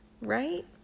Right